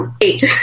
eight